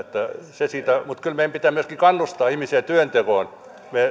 se siitä mutta kyllä meidän pitää myöskin kannustaa ihmisiä työntekoon